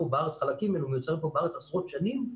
שחלקים ממנו מיוצרים פה בארץ עשרות שנים,